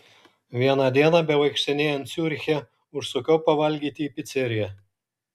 vieną dieną bevaikštinėjant ciuriche užsukau pavalgyti į piceriją